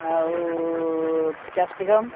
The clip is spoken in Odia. ଆଉ କ୍ୟାପସିକମ୍